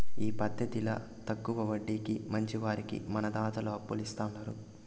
ఈ పద్దతిల తక్కవ వడ్డీకి మంచివారికి మన దాతలు అప్పులు ఇస్తాండారు